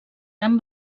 gran